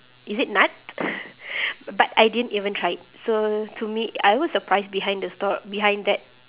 is it nut but I didn't even try it so to me I was surprised behind the stor~ behind that